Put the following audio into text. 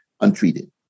untreated